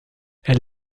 elle